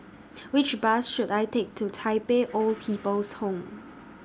Which Bus should I Take to Tai Pei Old People's Home